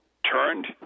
turned